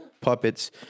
puppets